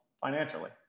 financially